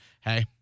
hey